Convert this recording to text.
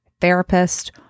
therapist